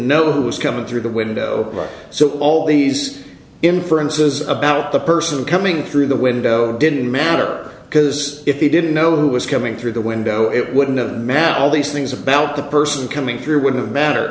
know who was coming through the window so all these inferences about the person coming through the window didn't matter because if he didn't know who was coming through the window it wouldn't of man all these things about the person coming through wouldn't matter